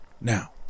Now